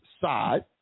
side